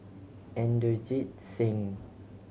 Inderjit Singh